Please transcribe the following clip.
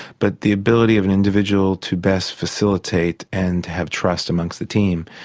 but the ability of an individual to best facilitate and to have trust amongst the team.